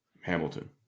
Hamilton